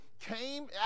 came